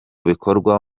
bikorwa